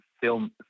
film